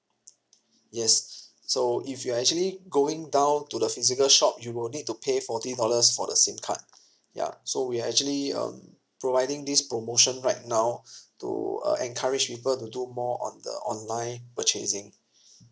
yes so if you are actually going down to the physical shop you will need to pay forty dollars for the SIM card ya so we're actually um providing this promotion right now to uh encourage people to do more on the online purchasing